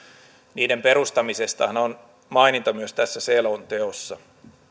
niiden perustamisestahan on maininta myös tässä selonteossa